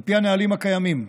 על פי הנהלים הקיימים,